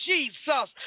Jesus